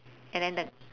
and then the